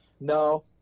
No